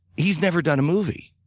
he's never done a movie,